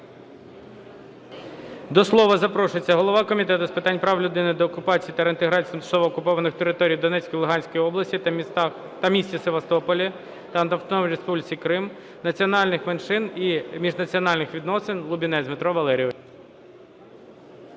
До слова запрошується голова Комітету з питань прав людини, деокупації та реінтеграції тимчасово окупованих територій у Донецькій, Луганській областях та місті Севастополі, та Автономної Республіки Крим, національних меншин і міжнаціональних відносин Лубінець Дмитро Валерійович.